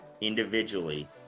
individually